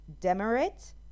demerit